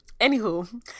Anywho